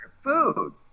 food